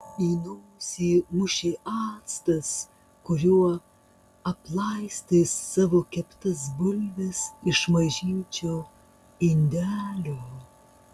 į nosį mušė actas kuriuo aplaistai savo keptas bulves iš mažyčio indelio